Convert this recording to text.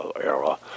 era